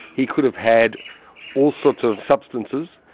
he could have had all sorts of substances,